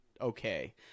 okay